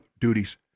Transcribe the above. duties